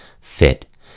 fit